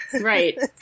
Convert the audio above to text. right